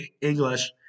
English